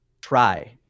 try